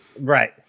Right